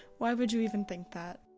why would you even think that?